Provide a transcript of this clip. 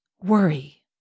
worry